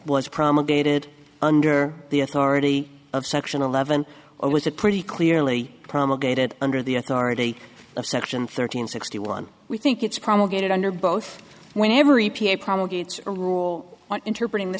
was promulgated under the authority of section eleven or was it pretty clearly promulgated under the authority of section thirteen sixty one we think it's promulgated under both when every p a promulgated a rule interpreting the